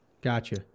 Gotcha